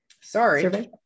Sorry